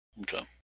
Okay